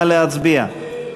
נא להצביע.